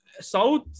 south